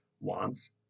wants